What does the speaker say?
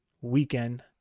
weekend